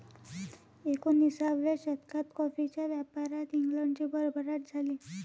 एकोणिसाव्या शतकात कॉफीच्या व्यापारात इंग्लंडची भरभराट झाली